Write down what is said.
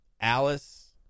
Alice